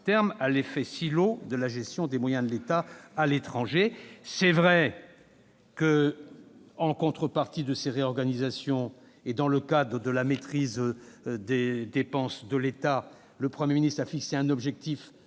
à l'effet « silo » de la gestion des moyens de l'État à l'étranger. Il est vrai qu'en contrepartie de ces réorganisations et dans le cadre de la maîtrise des dépenses de l'État, le Premier ministre a fixé un objectif